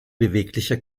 bewegliche